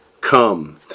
come